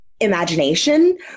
imagination